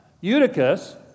Eutychus